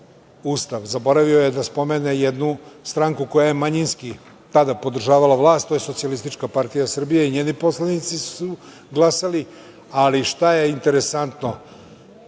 Ustav. Zaboravio je da spomene jednu stranku koja je manjinski tada podržavala vlast, a to je Socijalistička partija Srbije i njeni poslanici su glasali. Ali šta je interesantno?